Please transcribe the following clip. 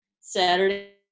Saturday